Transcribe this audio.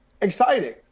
exciting